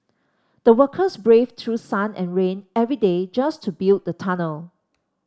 the workers braved through sun and rain every day just to build the tunnel